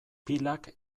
pilak